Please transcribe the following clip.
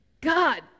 God